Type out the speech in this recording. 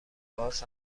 باز